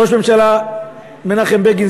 ראש הממשלה מנחם בגין,